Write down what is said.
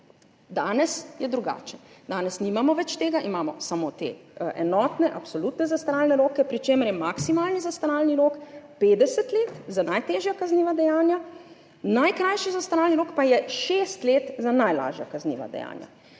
Danes je drugače, danes nimamo več tega, imamo samo te enotne absolutne zastaralne roke, pri čemer je maksimalni zastaralni rok 50 let za najtežja kazniva dejanja, najkrajši zastaralni rok pa je šest let za najlažja kazniva dejanja.